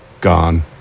Gone